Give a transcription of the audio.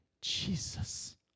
Jesus